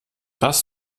das